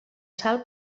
sal